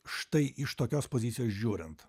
štai iš tokios pozicijos žiūrint